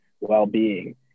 well-being